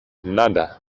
nada